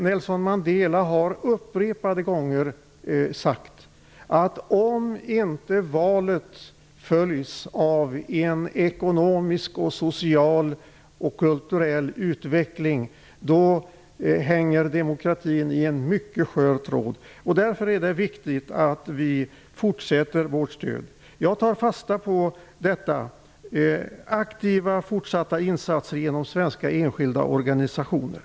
Nelson Mandela har upprepade gånger sagt att om inte valet följs av en ekonomisk, social och kulturell utveckling hänger demokratin i en mycket skör tråd. Därför är det viktigt att vi fortsätter att ge vårt stöd. Jag tar fasta på att aktiva fortsatta insatser kommer att göras genom svenska enskilda organisationer.